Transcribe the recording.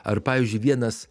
ar pavyzdžiui vienas